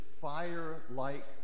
fire-like